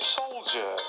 soldier